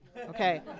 okay